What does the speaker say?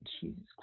jesus